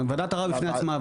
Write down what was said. ועדת ערר עמדה בפני עצמה.